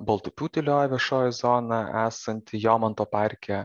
baltupių tylioji viešoji zona esanti jomanto parke